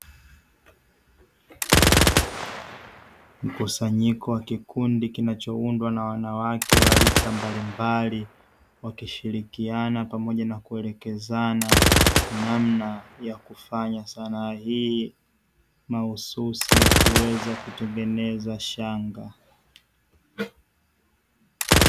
Mkusanyiko wa kikundi kinachoundwa na wanawake wa rika mbalimbali, wakishirikiana pamoja na kuelekezana namna ya kufanya sanaa hii mahususi ya kuweza kutengeneza shanga.